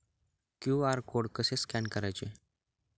QR code कसे scan करायचे?